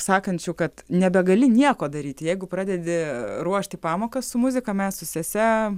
sakančių kad nebegali nieko daryti jeigu pradedi ruošti pamokas su muzika mes su sese